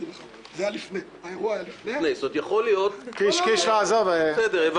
זו פונקציה מנהלית, שיש לה השפעה רבה,